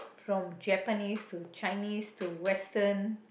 from Japanese to Chinese to Western